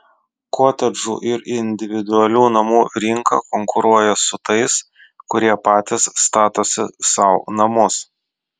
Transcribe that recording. kotedžų ir individualių namų rinka konkuruoja su tais kurie patys statosi sau namus